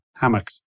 hammocks